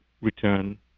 return